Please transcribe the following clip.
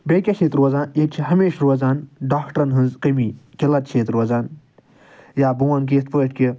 بیٚیہِ کیٛاہ چھِ ییٚتہِ روزان ییٚتہِ چھِ ہمیشہ روزان ڈاکٹرَن ہٕنٛز کٔمی قِلعت چھِ ییٚتہِ روزان یا بہٕ وَنہٕ کہِ یِتھ پٲٹھۍ کہِ